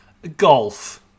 Golf